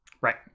Right